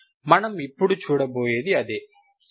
మనం ఇప్పుడు చూడబోయేది అదే సరే